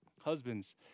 Husbands